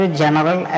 general